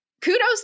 Kudos